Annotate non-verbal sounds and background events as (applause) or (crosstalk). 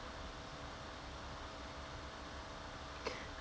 (breath)